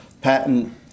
patent